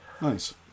Nice